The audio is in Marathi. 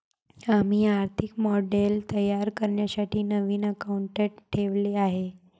आम्ही आर्थिक मॉडेल तयार करण्यासाठी नवीन अकाउंटंट ठेवले आहे